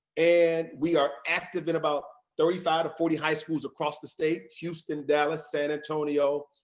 and we are active in about thirty five forty high schools across the state, houston, dallas, san antonio,